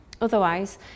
Otherwise